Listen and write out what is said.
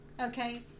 okay